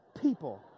people